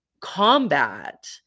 combat